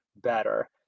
better